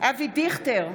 אבי דיכטר,